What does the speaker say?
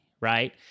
right